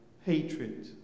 hatred